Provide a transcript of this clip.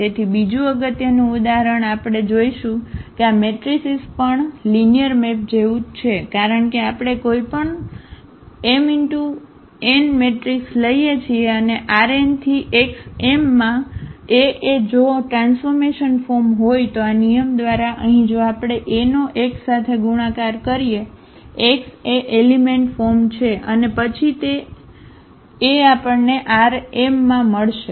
તેથી બીજું અગત્યનું ઉદાહરણ આપણે જોશું કે આ મેટ્રિસીસ પણ લિનિયર મેપ જેવું જ છે કારણ કે આપણે કોઈપણ m×n મેટ્રિક્સ લઈએ છીએ અને Rn થી X m માં A એ જો ટ્રાન્સફૉર્મેશન ફોર્મ હોય તો આ નિયમ દ્વારા અહીં જો આપણે A નો x સાથે ગુણાકાર કરીએ x એ એલિમેંટ ફોર્મ છે અને પછી તે a આપણને Rm માં મળશે